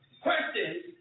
Questions